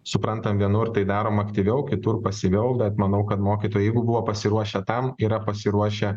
suprantam vienur tai daroma aktyviau kitur pasyviau bet manau kad mokytojai jeigu buvo pasiruošę tam yra pasiruošę